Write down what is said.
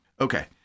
Okay